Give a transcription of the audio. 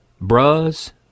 Bras